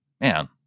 man